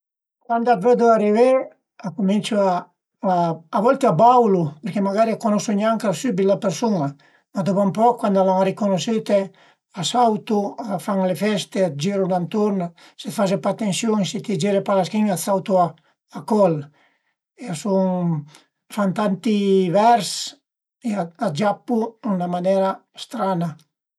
Cuand a të vëdu arivé a cuminciu, a volte a baulu përché magari a cunosu gnanca sübit la persun-a, ma dopu ën poch cuand al al riconosüite a sautu, a fan le feste, a giru d'anturn, së faze pa atensiun e si ti gire pa la schin-a a të sautu a col e a sun, a fan tanti vers e a giappu ën na manera strana